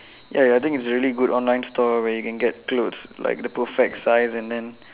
ya I think it's really good online store where you can get clothes like the perfect size and then